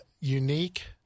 unique